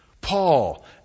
Paul